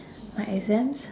my exams